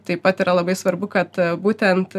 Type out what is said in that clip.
taip pat yra labai svarbu kad būtent